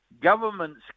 governments